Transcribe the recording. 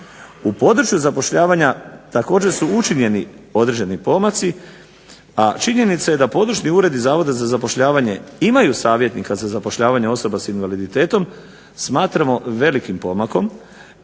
U području zapošljavanja također su učinjeni određeni pomaci, a činjenica je da područni uredi zavoda za zapošljavanje imaju savjetnika za zapošljavanje osoba s invaliditetom smatramo velikim pomakom